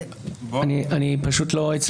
אני פשוט לא הצלחתי להשלים.